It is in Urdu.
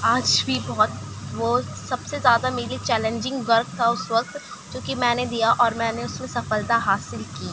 آج بھی بہت وہ سب سے زیادہ میرے لیے چیلنجنگ ورک تھا اس وقت جو کہ میں نے دیا اور میں نے اس میں سفلتا حاصل کی